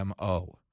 mo